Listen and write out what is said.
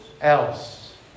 else